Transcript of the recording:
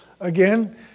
again